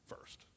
first